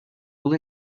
will